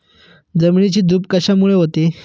जमिनीची धूप कशामुळे होते?